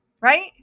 right